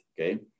okay